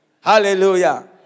Hallelujah